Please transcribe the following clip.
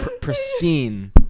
pristine